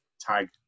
tag